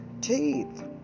teeth